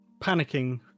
Panicking